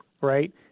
right